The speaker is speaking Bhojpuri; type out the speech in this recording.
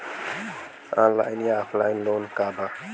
ऑनलाइन या ऑफलाइन लोन का बा?